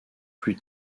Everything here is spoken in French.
plus